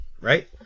right